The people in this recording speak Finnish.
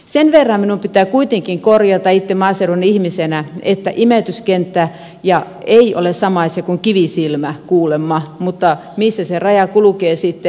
sen verran minun pitää kuitenkin korjata itse maaseudun ihmisenä että imetyskenttä ei ole sama asia kuin kivisilmä kuulemma mutta missä se raja kulkee sitten